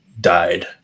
died